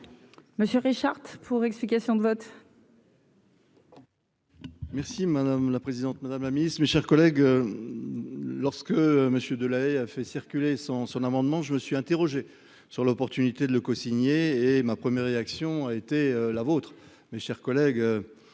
Monsieur Richard pour explication de vote. Merci madame la présidente, Madame la Ministre, mes chers collègues, lorsque monsieur de La Haye a fait circuler son son amendement, je me suis interrogé sur l'opportunité de le cosigné et ma première réaction a été la vôtre, mes chers collègues,